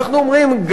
אנחנו אומרים,